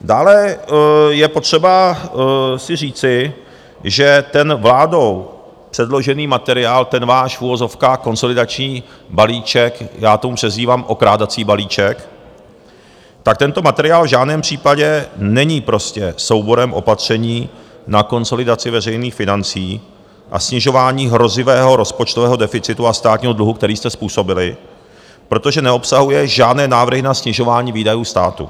Dále je potřeba si říci, že ten vládou předložený materiál, ten váš v uvozovkách konsolidační balíček, já tomu přezdívám okrádací balíček, tak tento materiál v žádném případě není prostě souborem opatření na konsolidaci veřejných financí a snižování hrozivého rozpočtového deficitu a státního dluhu, který jste způsobili, protože neobsahuje žádné návrhy na snižování výdajů státu.